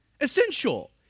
essential